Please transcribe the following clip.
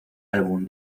álbum